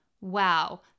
wow